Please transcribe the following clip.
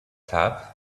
club